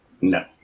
No